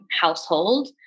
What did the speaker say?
household